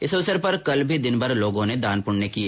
इस अवसर पर कल भी दिनभर लोगों दान पुण्य किए